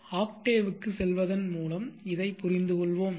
ஆக்டேவுக்குச் செல்வதன் மூலம் இதைப் புரிந்துகொள்வோம்